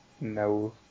No